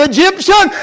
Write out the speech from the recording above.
Egyptian